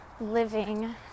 living